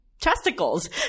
testicles